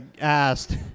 asked